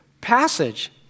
passage